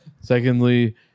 Secondly